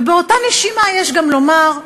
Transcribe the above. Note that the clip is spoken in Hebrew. ובאותה נשימה יש גם לומר,